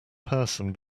person